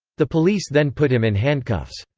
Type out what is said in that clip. the police then put him in handcuffs.